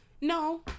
no